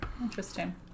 Interesting